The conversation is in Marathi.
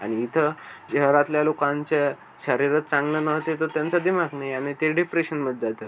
आणि इथं शहरातल्या लोकांच्या शरीरच चांगलं नव्हते तर त्यांचं दिमाग नाही आणि ते डिप्रेशनमधे जातं